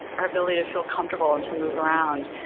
our ability to feel comfortable, and to move around.